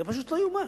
זה פשוט לא יאומן.